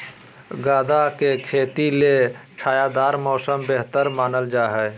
गदा के खेती ले छायादार मौसम बेहतर मानल जा हय